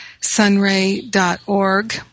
sunray.org